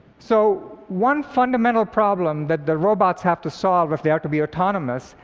so one fundamental problem that the robots have to solve if they are to be autonomous,